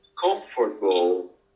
comfortable